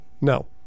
No